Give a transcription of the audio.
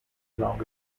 along